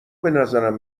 بنظرم